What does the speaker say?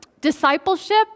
Discipleship